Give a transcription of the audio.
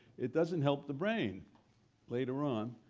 it doesn't help the brain later on.